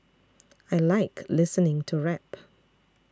I like listening to rap